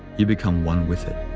you become one with it.